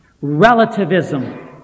Relativism